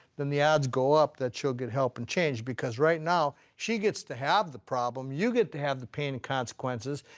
then the odds go up that she'll get help and change. because right now, she gets to have the problem. you get to have the pain and consequences,